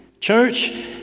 Church